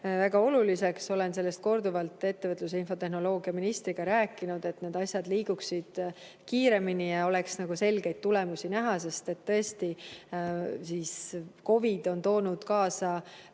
väga oluliseks, olen korduvalt ettevõtlus‑ ja infotehnoloogiaministriga rääkinud, et need asjad liiguksid kiiremini ja oleks selgeid tulemusi näha. Sest tõesti, COVID on toonud kaasa